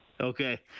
okay